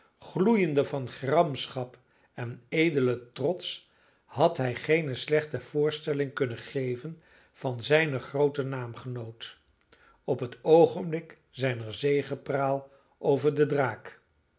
gloeiende van gramschap en edelen trots had hij geene slechte voorstelling kunnen geven van zijnen grooten naamgenoot op het oogenblik zijner zegepraal over den draak